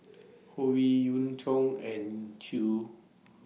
Howe Yoon Chong and Chew